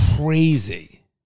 crazy